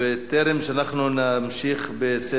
בטרם נמשיך בסדר-היום,